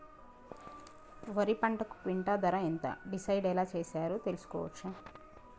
వరి పంటకు క్వింటా ధర ఎంత డిసైడ్ ఎలా చేశారు తెలుసుకోవచ్చా?